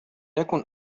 يكن